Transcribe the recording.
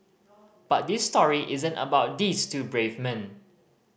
but this story isn't about these two brave men